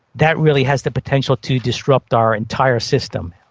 that really has the potential to disrupt our entire system.